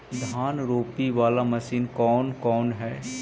धान रोपी बाला मशिन कौन कौन है?